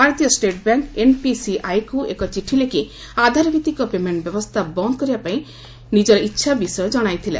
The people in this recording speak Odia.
ଭାରତୀୟ ଷ୍ଟେଟ୍ବ୍ୟାଙ୍କ ଏନ୍ପିସିଆଇକୁ ଏକ ଚିଠି ଲେଖି ଆଧାରଭିଭିକ ପେମେଣ୍ଟ ବ୍ୟବସ୍ଥା ବନ୍ଦ କରିବା ପାଇଁ ନିଜର ଇଚ୍ଛା ବିଷୟ ଜଣାଇଥିଲା